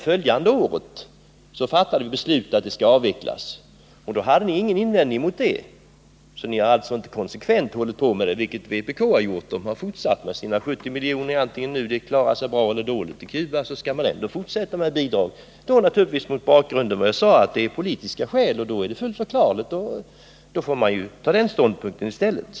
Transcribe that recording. Följande år fattades sedan beslut om en avveckling, och då hade ni ingenting att invända. Ni har alltså inte konsekvent hållit fast vid att det skall utgå ett stöd, vilket vpk har gjort. Vpk har fortsatt att yrka på ett stöd på 70 milj.kr., oavsett om Cuba klarar sig bra eller ej. Man skall, enligt vpk:s mening, i alla fall fortsätta med bidraget. Bakgrunden är, som sagt, naturligtvis politisk. Det är i och för sig fullt förklarligt, men då får man ta ståndpunkt på det sättet i stället.